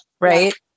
right